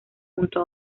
junto